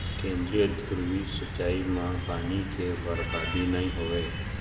केंद्रीय धुरी सिंचई म पानी के बरबादी नइ होवय